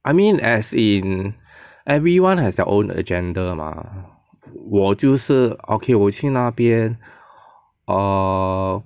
I mean as in everyone has their own agenda mah 我就是 okay 我去那边 err